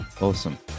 Awesome